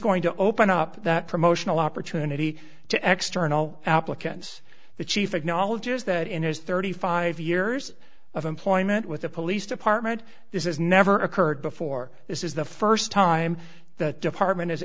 going to open up that promotional opportunity to extra no applicants the chief acknowledges that in his thirty five years of employment with the police department this is never occurred before this is the first time the department